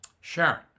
Sharon